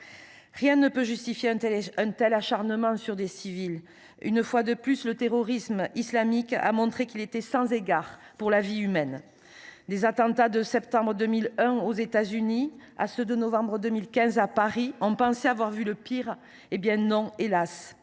Rien ne peut justifier un tel acharnement sur des civils. Une fois de plus, le terrorisme islamique a montré qu’il était sans égard pour la vie humaine. Des attentats de septembre 2001 aux États Unis à ceux de novembre 2015 à Paris, on pensait avoir vu le pire. Ce n’était, hélas !